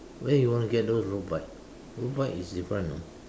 where you want to get those road bike road bike is in front no